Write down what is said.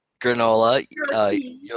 Granola